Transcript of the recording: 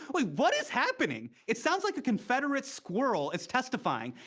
wait, what is happening? it sounds like a confederate squirrel is testifying.